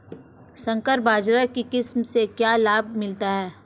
संकर बाजरा की किस्म से क्या लाभ मिलता है?